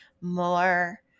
more